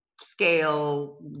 scale